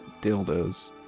dildos